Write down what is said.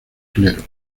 clero